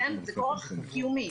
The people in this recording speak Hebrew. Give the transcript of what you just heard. זה כורח קיומי,